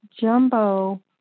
jumbo